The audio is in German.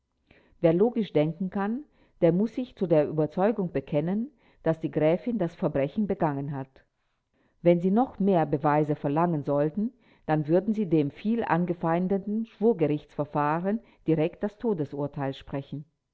wer logisch denken kann der muß sich zu der überzeugung bekennen daß die gräfin das verbrechen begangen hat wenn sie noch mehr beweise verlangen sollten dann würden sie dem viel angefeindeten schwurgerichtsverfahren direkt das todesurteil sprechen